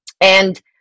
And-